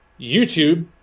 YouTube